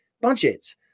budget